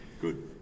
Good